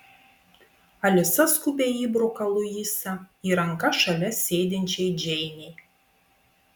alisa skubiai įbruka luisą į rankas šalia sėdinčiai džeinei